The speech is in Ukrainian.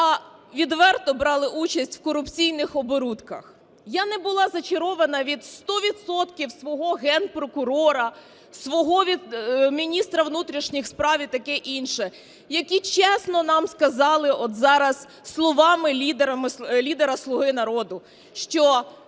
а відверто брали участь в корупційних оборудках. Я не була зачарована від 100 відсотків свого Генпрокурора, свого міністра внутрішніх справ і таке інше, які чесно нам сказали от зараз словами лідера "Слуга народу", що